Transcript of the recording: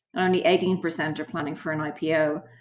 only eighteen percent are planning for an ipo.